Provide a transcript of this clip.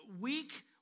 weak